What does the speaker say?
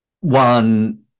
one